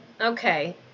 okay